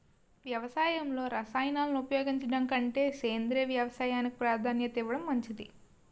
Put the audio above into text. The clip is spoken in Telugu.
వ్యవసాయంలో రసాయనాలను ఉపయోగించడం కంటే సేంద్రియ వ్యవసాయానికి ప్రాధాన్యత ఇవ్వడం మంచిది